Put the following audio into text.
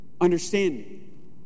understanding